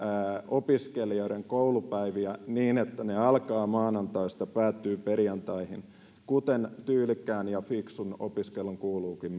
opiskelijoiden koulupäiviä niin että ne alkavat maanantaista ja päättyvät perjantaihin kuten tyylikkään ja fiksun opiskelun kuuluukin